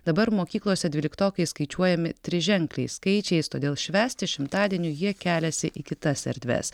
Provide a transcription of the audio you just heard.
dabar mokyklose dvyliktokai skaičiuojami triženkliais skaičiais todėl švęsti šimtadienių jie keliasi į kitas erdves